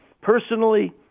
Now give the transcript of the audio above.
Personally